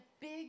big